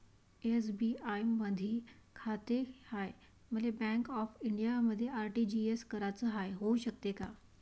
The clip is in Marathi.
एस.बी.आय मधी खाते हाय, मले बँक ऑफ इंडियामध्ये आर.टी.जी.एस कराच हाय, होऊ शकते का?